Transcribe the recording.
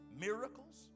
miracles